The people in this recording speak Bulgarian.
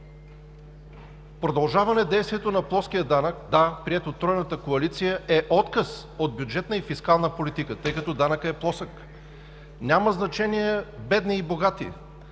Продължаване действието на плоския данък – да, приет от Тройната коалиция – е отказ от бюджетна и фискална политика, тъй като данъкът е плосък. Няма значение –бедни и богати,